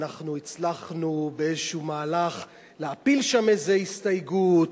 אנחנו הצלחנו באיזה מהלך להפיל שם איזו הסתייגות,